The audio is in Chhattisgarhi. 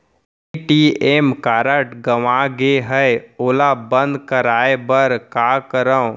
ए.टी.एम कारड गंवा गे है ओला बंद कराये बर का करंव?